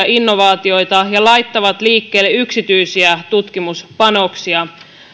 innovaatioita ja laittavat liikkeelle yksityisiä tutkimuspanoksia